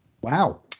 wow